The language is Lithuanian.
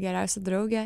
geriausia draugė